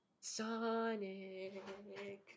sonic